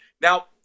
now